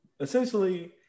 essentially